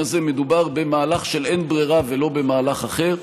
הזה מדובר במהלך של אין ברירה ולא מהלך אחר.